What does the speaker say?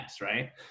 right